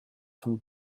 von